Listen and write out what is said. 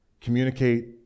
communicate